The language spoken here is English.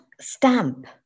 stamp